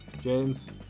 James